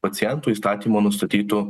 pacientų įstatymo nustatytu